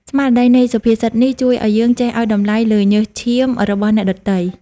ស្មារតីនៃសុភាសិតនេះ ជួយឱ្យយើងចេះឱ្យតម្លៃលើញើសឈាមរបស់អ្នកដទៃ។